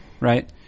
right